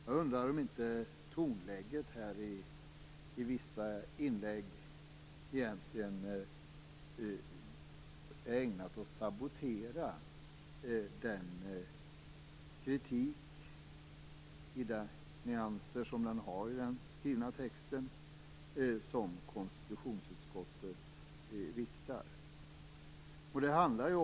Jag undrar om inte tonläget i vissa inlägg egentligen är ägnat att sabotera den kritik som konstitutionsutskottet riktar.